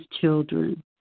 children